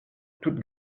toute